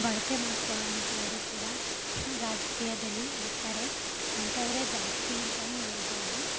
ಬಳಕೆ ಮಾಡ್ಕೊಳ್ಳುವಂಥವರು ಕೂಡ ಆ ರಾಜಕೀಯದಲ್ಲಿ ಇರುತ್ತಾರೆ ಅಂಥವರೇ ಜಾಸ್ತಿ ಅಂತಲೂ ಹೇಳ್ಬೋದು